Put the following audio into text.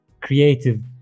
creative